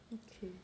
okay